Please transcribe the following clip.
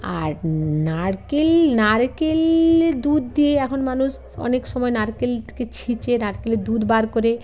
আর নারকেল নারকেল দুধ দিয়ে এখন মানুষ অনেক সময় নারকেলকে ছেঁচে নারকেলের দুধ বার করে